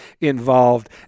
involved